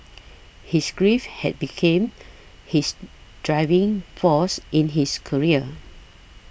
his grief had became his driving force in his career